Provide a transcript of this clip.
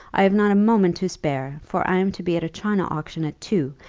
i have not a moment to spare for i am to be at a china auction at two,